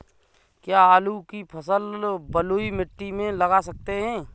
क्या आलू की फसल बलुई मिट्टी में लगा सकते हैं?